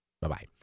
Bye-bye